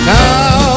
Now